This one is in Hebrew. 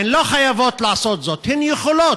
הן לא חייבות לעשות זאת, הן יכולות.